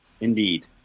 Indeed